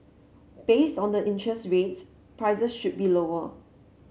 based on the interest rates prices should be lower